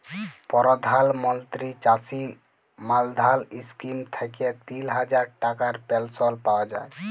পরধাল মলত্রি চাষী মাল্ধাল ইস্কিম থ্যাইকে তিল হাজার টাকার পেলশল পাউয়া যায়